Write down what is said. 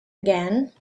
again